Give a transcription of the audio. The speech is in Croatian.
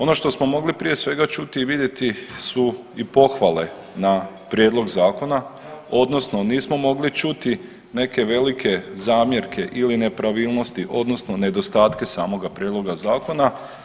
Ono što smo mogli prije svega čuti i vidjeti su i pohvale na prijedlog zakona, odnosno nismo mogli čuti neke velike zamjerke ili nepravilnosti, odnosno nedostatke samoga prijedloga zakona.